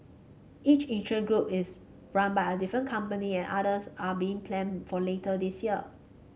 each interest group is run by a different company and others are being planned for later this year